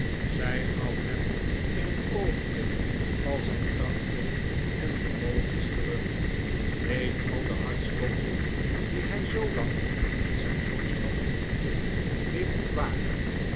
zij gaf hem in een oogenblik al zijn krachten en vermogens terug deed al de hartstochten die hij zoolang in zijn borst had gekoesterd weer ontwaken